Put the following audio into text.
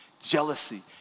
jealousy